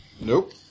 Nope